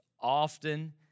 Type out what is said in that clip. Often